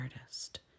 artist